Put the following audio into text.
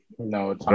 No